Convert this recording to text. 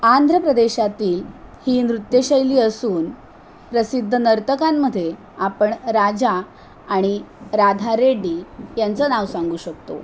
आंध्र प्रदेशातील ही नृत्यशैली असून प्रसिद्ध नर्तकांमध्ये आपण राजा आणि राधा रेड्डी यांचं नाव सांगू शकतो